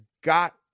got